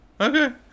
Okay